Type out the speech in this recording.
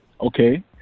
Okay